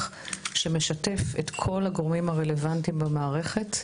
שמשתף את כל הגורמים הרלוונטיים במערכת.